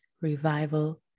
Revival